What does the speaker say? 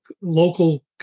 local